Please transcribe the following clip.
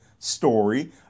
story